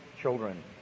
children